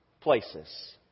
places